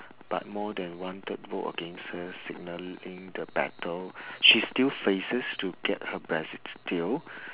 but more than one third vote against her signalling the battle she still faces to get her brexit deal